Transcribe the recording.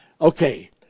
Okay